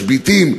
משביתים,